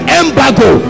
embargo